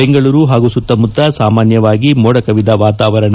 ಬೆಂಗಳೂರು ಮತ್ತು ಸುತ್ತಮುತ್ತ ಸಾಮಾನ್ಯವಾಗಿ ಮೋಡ ಕವಿದ ವಾತಾವರಣ